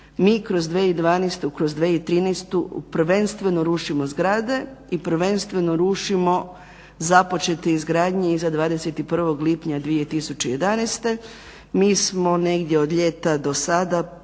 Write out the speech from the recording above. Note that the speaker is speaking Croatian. Mi kroz 2012., kroz 2013. prvenstveno rušimo zgrade i prvenstveno rušimo započete izgradnje iza 21. lipnja 2011. Mi smo negdje od ljeta do sada